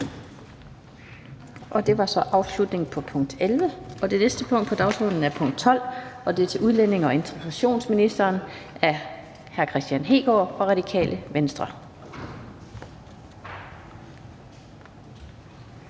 Og det var så afslutningen på punkt 11. Det næste punkt på dagsordenen er punkt 12, og det er til udlændinge- og integrationsministeren af hr. Kristian Heegaard fra Radikale Venstre.